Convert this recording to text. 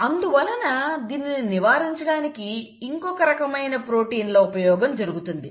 అందువలన దీనిని నివారించడానికి ఇంకొక రకమైన ప్రోటీన్ల ఉపయోగం జరుగుతుంది